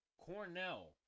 Cornell